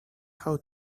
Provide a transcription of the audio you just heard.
how